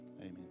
Amen